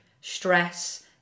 stress